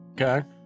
Okay